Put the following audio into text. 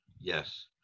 yes